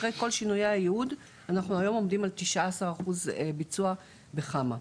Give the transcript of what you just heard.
אחרי כל שינויי הייעוד אנחנו היום עומדים על 19% ביצוע בחמ"ע,